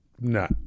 No